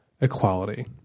Equality